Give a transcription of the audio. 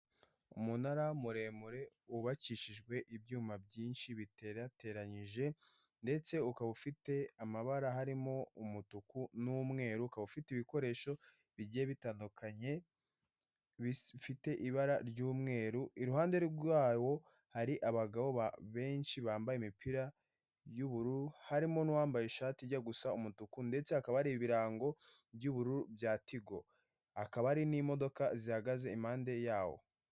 Umunara muremure wubakishijwe ibyuma byinshi biterateranye, ndetse ukaba ufite amabara harimo umutuku n'umweru, ukaba ufite ibikoresho bigiye bitandukanye bifite ibara ry'umweru iruhande rwawo hari abagabo benshi bambaye imipira y'ubururu harimo n'uwambaye ishati ijya gusa umutuku, ndetse akaba ar'ibirango by'ubururu bya tigo hakaba hari n'imodoka zihagaze impande yawo.